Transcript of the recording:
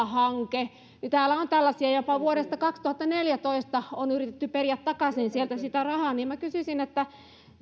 hanke täällä on tällaisia ja jopa vuodesta kaksituhattaneljätoista on yritetty periä takaisin sieltä sitä rahaa minä kysyisin